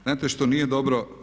Znate što nije dobro?